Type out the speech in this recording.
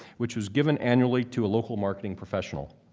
which is given annually to a local marketing professional.